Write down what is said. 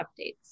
updates